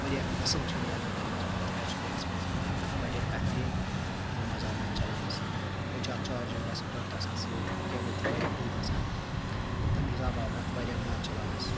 واریاہ اصل چیٖز آو مےٚ تمہِ مَنٛز پازٹِو ایٚکسپیٖریَنس مَنٛز آے مےٚ واریاہ بہتریٖن مَزٕ آو مےٚ چَلانَس بیٚیہِ چھ اتھ چارجِنٛگ ڈیٚسک ٹاپ تہِ آسان سۭتۍ کیبَل تہِ واریاہ بٔڑ آسان تمہِ حِساب آو مےٚ اتھ واریاہ مَزٕ چَلاونَس